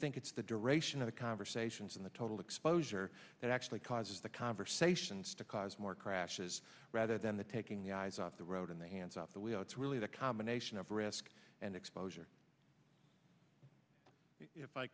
think it's the duration of the conversations and the total exposure that actually causes the conversations to cause more crashes rather than the taking the eyes off the road and the hands out the wheel it's really the combination of risk and exposure if i